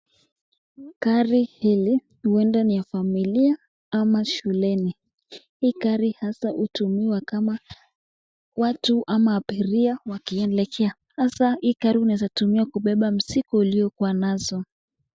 Gari hili huenda ni ya familia ama shuleni hii gari haswa hutumiwa kama watu ama abiria wakielekea ata hii gari unaweza tumia kubeba mizigo uliokuwa nazo.